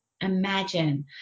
Imagine